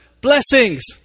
Blessings